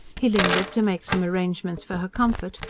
he lingered to make some arrangements for her comfort,